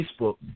Facebook